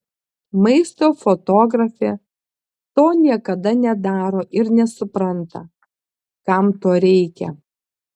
maisto fotografė to niekada nedaro ir nesupranta kam to reikia